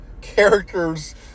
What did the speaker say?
characters